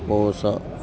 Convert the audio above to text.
పూస